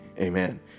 amen